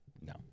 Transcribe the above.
No